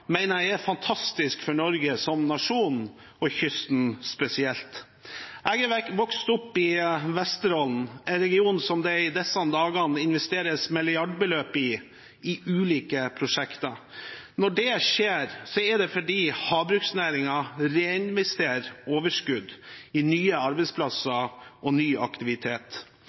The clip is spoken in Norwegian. jeg er fantastisk for Norge som nasjon og kysten spesielt. Jeg har vokst opp i Vesterålen, en region som det i disse dager investeres milliardbeløp i i ulike prosjekter. Når det skjer, er det fordi havbruksnæringen reinvesterer overskudd i nye arbeidsplasser og ny aktivitet.